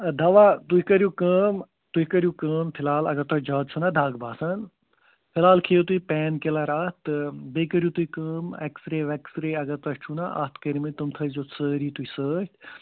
دَوا تُہۍ کٔرِو کٲم تُہۍ کٔرِو کٲم فِلحال اگر تُہۍ زیادٕ چھَو نا دَگ باسان فِلحال کھیٚیِو تُہۍ پین کِلر اکھ تہٕ بیٚیہِ کٔرِو تُہۍ کٲم ایکٕسرے ویکٕسرے اگر تُہۍ چھُو نا اتھ کٔرۍمٕتۍ تِم تھٲوزِہوس سٲری تُہۍ سۭتۍ